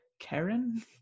Karen